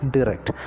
Direct